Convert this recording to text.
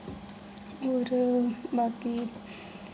और बाकि